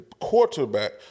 quarterback